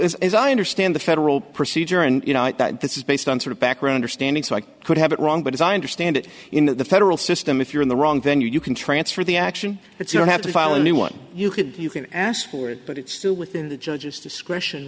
as i understand the federal procedure and you know that this is based on sort of background or standing so i could have it wrong but as i understand it in the federal system if you're in the wrong venue you can transfer the action but you don't have to file a new one you could you can ask for it but it's still within the judge's discretion